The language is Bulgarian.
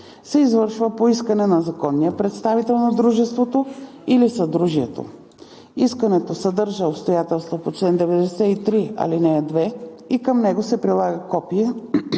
се извършва по искане на законния представител на дружеството или съдружието. Искането съдържа обстоятелствата по чл. 93, ал. 2 и към него се прилага копие